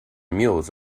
mules